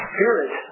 Spirit